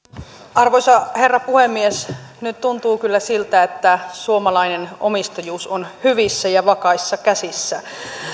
arvoisa herra puhemies nyt tuntuu kyllä siltä että suomalainen omistajuus on hyvissä ja vakaissa käsissä